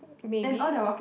maybe